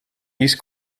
east